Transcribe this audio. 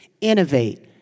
innovate